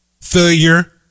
failure